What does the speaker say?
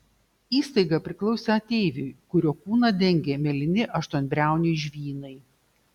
įstaiga priklausė ateiviui kurio kūną dengė mėlyni aštuonbriauniai žvynai